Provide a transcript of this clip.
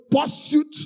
pursuit